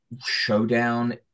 showdown